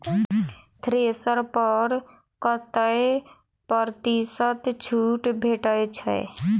Thresher पर कतै प्रतिशत छूट भेटय छै?